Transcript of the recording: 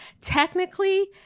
Technically